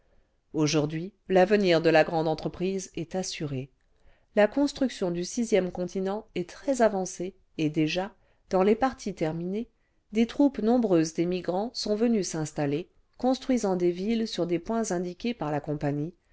aujourd'hui l'avenir de la grande entreprise est assuré la construction du sixième continent est très avancée et déjà dans les parties terminées des troupes nombreuses d'émigrants sont venues s'installer construisant des villes sur des points indiqués par la compagnie